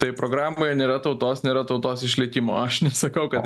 tai programoje nėra tautos nėra tautos išlikimo aš nesakau kad